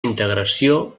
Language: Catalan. integració